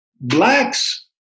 blacks